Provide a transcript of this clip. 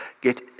Get